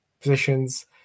positions